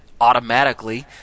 automatically